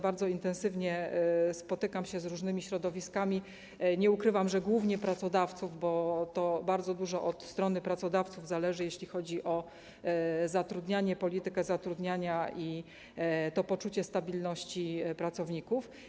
Bardzo intensywnie spotykam się z różnymi środowiskami, nie ukrywam, że głównie pracodawców, bo to od pracodawców bardzo dużo zależy, jeśli chodzi o zatrudnianie, politykę zatrudniania i poczucie stabilności pracowników.